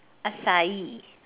acai